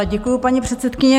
Děkuju, paní předsedkyně.